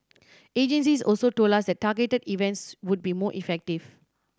agencies also told us that targeted events would be more effective